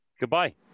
Goodbye